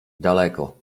daleko